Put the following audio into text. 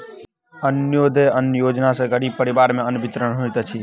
अन्त्योदय अन्न योजना सॅ गरीब परिवार में अन्न वितरण होइत अछि